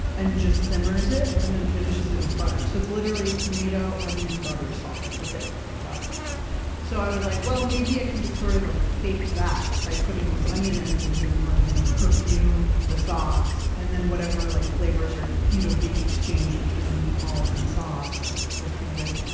and just simmers it, and then finishes it with butter, so it's literally tomato, onion, butter, salt. that's it wow so i was like, well, maybe i can just sort of like fake that by putting these onion ends in here and, letting them sort of perfume the sauce. and then whatever like flavors are you know being exchanged between the meatballs and the sauce was pretty good.